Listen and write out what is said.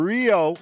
Rio